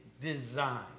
design